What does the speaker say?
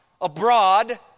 abroad